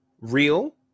real